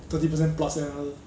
thirty percent plus another